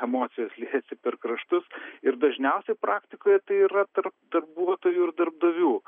emocijos liejasi per kraštus ir dažniausiai praktikoje tai yra tarp darbuotojų ir darbdavių